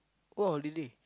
go holiday